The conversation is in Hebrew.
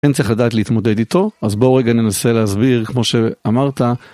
... צריך לדעת להתמודד איתו אז בוא רגע ננסה להסביר כמו שאמרת.